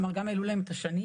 כלומר גם העלו להם את השנים,